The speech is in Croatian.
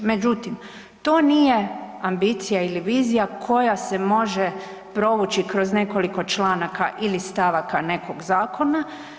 Međutim, to nije ambicija ili vizija koja se može provući kroz nekoliko članaka ili stavaka nekog zakona.